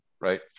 right